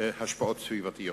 השפעות סביבתיות.